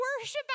worship